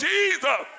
Jesus